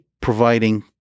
providing